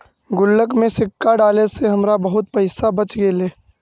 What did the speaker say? गुल्लक में सिक्का डाले से हमरा बहुत पइसा बच गेले